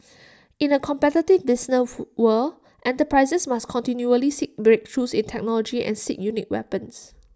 in A competitive business world enterprises must continually seek breakthroughs in technology and seek unique weapons